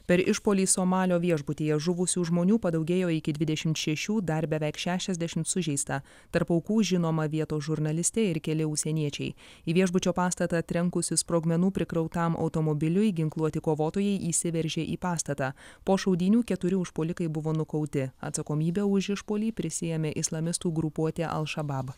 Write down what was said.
per išpuolį somalio viešbutyje žuvusių žmonių padaugėjo iki dvidešimt šešių dar beveik šešiasdešimt sužeista tarp aukų žinoma vietos žurnalistė ir keli užsieniečiai į viešbučio pastatą trenkusis sprogmenų prikrautam automobiliui ginkluoti kovotojai įsiveržė į pastatą po šaudynių keturi užpuolikai buvo nukauti atsakomybę už išpuolį prisiėmė islamistų grupuotė al šabab